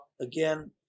again